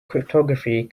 cryptography